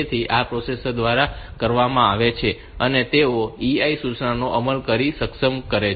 તેથી આ પ્રોસેસર દ્વારા કરવામાં આવે છે અને તેઓ EI સૂચનાનો અમલ કરીને સક્ષમ કરે છે